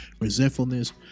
resentfulness